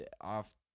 off